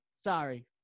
sorry